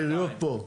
העיריות פה,